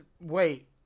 wait